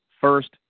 first